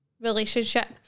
relationship